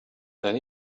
then